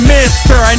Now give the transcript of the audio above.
Mister